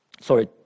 Sorry